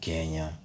Kenya